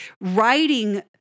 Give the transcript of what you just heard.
writing